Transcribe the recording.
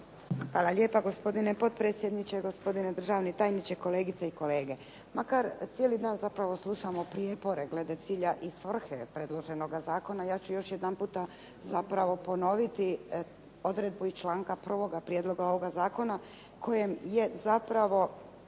Hvala lijepa, gospodine potpredsjedniče. Gospodine državni tajniče, kolegice i kolege. Makar cijeli dan zapravo slušamo prijepore glede cilja i svrhe predloženoga zakona, ja ću još jedanputa zapravo ponoviti odredbu i članka 1. prijedloga ovoga zakona kojem je zapravo